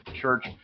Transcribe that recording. church